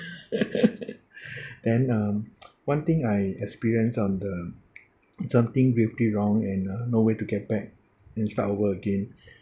then um one thing I experience on the something wrong and uh no way to get back and start over again